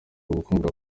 ubukungu